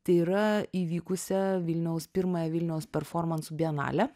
tai yra įvykusią vilniaus pirmąją vilniaus performansų bienalę